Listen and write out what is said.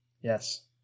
yes